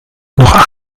noch